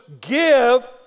give